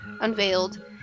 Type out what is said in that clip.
unveiled